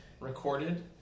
recorded